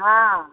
हॅं